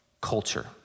culture